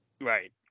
Right